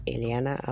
Eliana